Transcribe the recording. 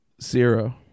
Zero